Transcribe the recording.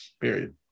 Period